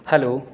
hello